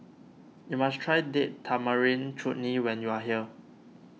you must try Date Tamarind Chutney when you are here